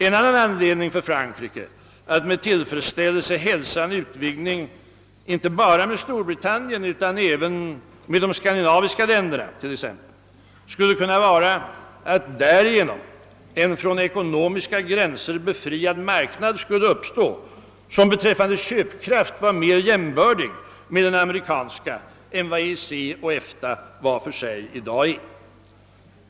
En annan anledning för Frankrike att med tillfredsställelse hälsa en utvidgning av EEC till att omfatta inte bara Storbritannien utan även de skandinaviska länderna skulle kunna vara att därigenom en från ekonomiska gränser befriad marknad skulle uppstå som beträffande köpkraft var mera jämför bar med den amerikanska än vad EEC och EFTA var för sig i dag är.